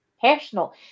personal